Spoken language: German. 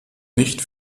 nicht